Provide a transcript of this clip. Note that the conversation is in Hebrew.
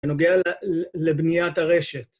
אני נוגע לבניית הרשת.